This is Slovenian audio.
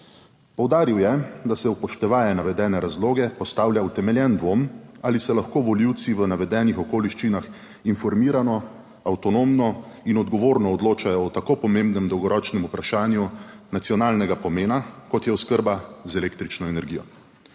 Poudaril je, da se upoštevaje navedene razloge postavlja utemeljen dvom, ali se lahko volivci v navedenih okoliščinah informirano, avtonomno in odgovorno odločajo o tako pomembnem dolgoročnem vprašanju nacionalnega pomena, kot je oskrba z električno energijo.